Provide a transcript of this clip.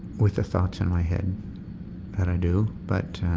with the thoughts in my head that i do, but